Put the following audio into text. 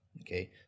okay